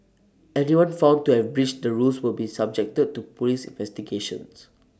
anyone found to have breached the rules will be subjected to Police investigations